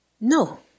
no